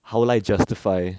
how will I justify